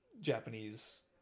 Japanese